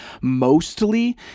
mostly